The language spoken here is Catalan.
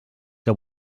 que